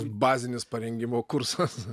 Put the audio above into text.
bazinis parengimo kursas